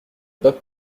pas